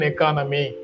Economy